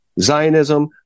Zionism